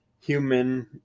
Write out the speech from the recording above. human